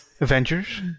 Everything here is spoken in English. Avengers